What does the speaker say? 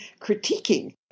critiquing